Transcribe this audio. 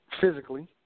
physically